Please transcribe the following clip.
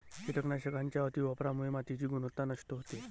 कीटकनाशकांच्या अतिवापरामुळे मातीची गुणवत्ता नष्ट होते